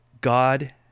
God